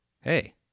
hey